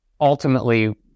ultimately